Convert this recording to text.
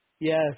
Yes